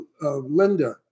Linda